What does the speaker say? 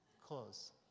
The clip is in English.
close